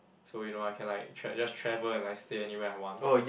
so you know I can like tra~ just travel and like stay anywhere I want